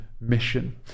mission